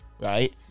right